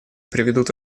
приведут